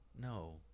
No